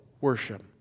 worship